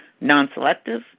non-selective